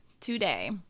today